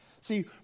See